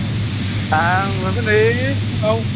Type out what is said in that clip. आं हाबो नै फुङाव